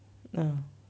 uh